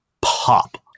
pop